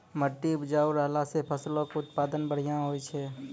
मट्टी उपजाऊ रहला से फसलो के उत्पादन बढ़िया होय छै